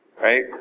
Right